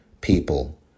people